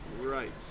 Right